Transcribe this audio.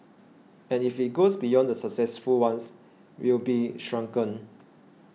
and if it goes beyond the successful ones we'll be shrunken